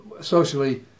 socially